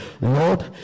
Lord